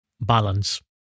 balance